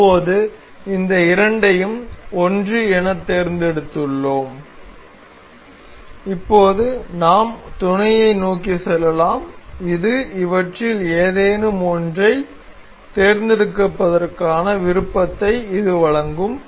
இப்போது இந்த இரண்டையும் 1 எனத் தேர்ந்தெடுத்துள்ளோம் இப்போது நாம் துணையை நோக்கி செல்லலாம் இது இவற்றில் ஏதேனும் ஒன்றைத் தேர்ந்தெடுப்பதற்கான விருப்பத்தை இது வழங்கும்